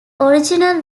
original